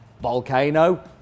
Volcano